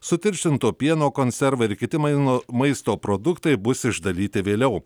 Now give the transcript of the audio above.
sutirštinto pieno konservai ir kitimai nuo maisto produktai bus išdalyti vėliau